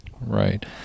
Right